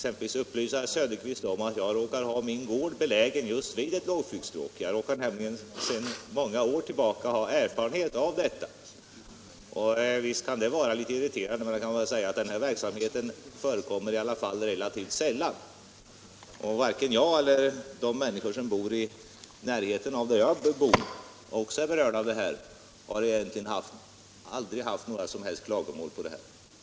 Jag kan också upplysa herr Söderqvist om att jag råkar ha min gård belägen just vid ett lågflygstråk. Jag har därför sedan flera år tillbaka erfarenhet av detta. Visst kan det vara litet irriterande, men denna verksamhet förekommer ändå relativt sällan. Varken jag eller de människor som bor i närheten av mig och som alltså är berörda av dessa övningar har haft några som helst klagomål att framföra över verksamheten.